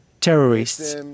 terrorists